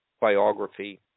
biography